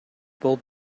болуп